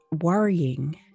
worrying